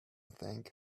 think